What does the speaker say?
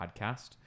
podcast